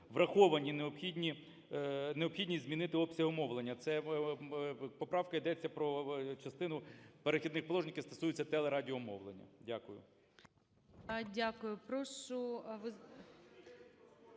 необхідні, необхідність змінити обсяг мовлення. Це поправка, йдеться про частину "Перехідних положень", які стосуються телерадіомовлення. Дякую.